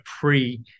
pre